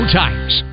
tires